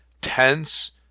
tense